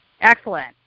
Excellent